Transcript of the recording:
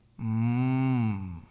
Mmm